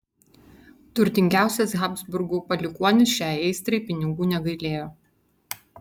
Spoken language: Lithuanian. turtingiausias habsburgų palikuonis šiai aistrai pinigų negailėjo